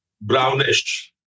brownish